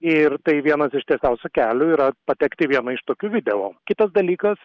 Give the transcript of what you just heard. ir tai vienas iš tiesiausių kelių yra patekti į vieną iš tokių video kitas dalykas